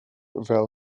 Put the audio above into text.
fel